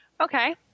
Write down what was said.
Okay